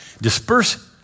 Disperse